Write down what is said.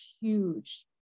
huge